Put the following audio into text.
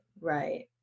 Right